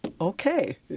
okay